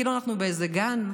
כאילו אנחנו באיזה גן,